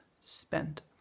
spent